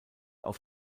auf